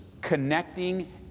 connecting